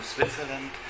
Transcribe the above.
Switzerland